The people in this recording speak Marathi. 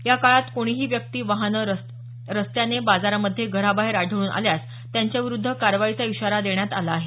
या काळात कोणीही व्यक्ती वाहने रस्त्याने बाजारामध्ये घराबाहेर आढळून आल्यास त्यांच्याविरुद्ध कारवाईचा इशारा देण्यात आला आहे